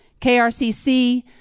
KRCC